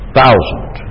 thousand